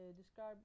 describe